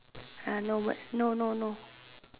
ah no words no no no